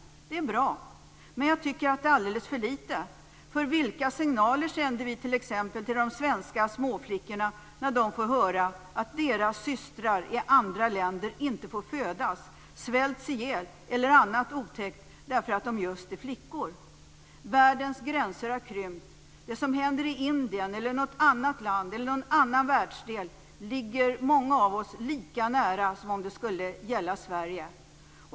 Det är bra, men jag tycker att det är alldeles för lite. Vilka signaler sänder vi t.ex. till de svenska småflickorna när de får höra att deras systrar i anda länder inte får födas, svälts ihjäl eller annat otäckt därför att de just är flickor. Världens gränser har krympt. Det som händer i Indien, i något annat land eller i någon annan världsdel ligger för många av oss lika nära som om det skulle gälla Sverige.